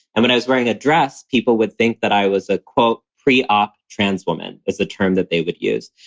and when i was wearing a dress. people would think that i was a, quote, pre-op trans woman is the term that they would use.